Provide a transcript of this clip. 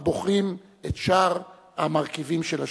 הבוחרים את שאר המרכיבים של השלטון.